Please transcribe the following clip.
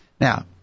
Now